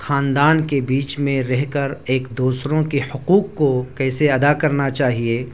خاندان کے بیچ میں رہ کر ایک دوسروں کی حقوق کو کیسے ادا کرنا چاہیے